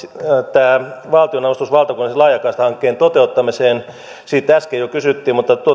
tämä valtionavustus valtakunnallisen laajakaistahankkeen toteuttamiseen siitä äsken jo kysyttiin mutta